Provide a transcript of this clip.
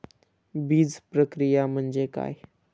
बीजप्रक्रिया म्हणजे काय?